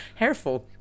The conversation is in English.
Hairful